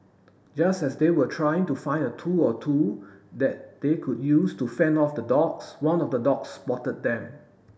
just as they were trying to find a tool or two that they could use to fend off the dogs one of the dogs spotted them